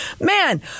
Man